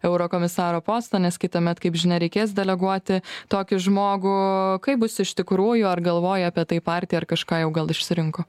eurokomisaro postą nes kitąmet kaip žinia reikės deleguoti tokį žmogų kaip bus iš tikrųjų ar galvoja apie tai partija ar kažką jau gal išsirinko